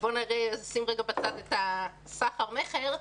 בואו נשים רגע בצד את הסחר מכר,